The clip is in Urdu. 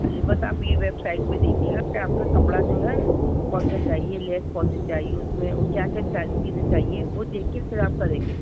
بس آپ یہ ویب سائٹ پہ دیکھیے گا کہ آپ کا کپڑا جو ہے کون سا چاہیے لیس کون سی چاہیے اس میں اور کیا کیا چیزیں چاہئیں وہ دیکھ کے پھر آپ کریں گے